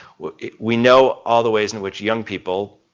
we know all the ways in which young people